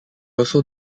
also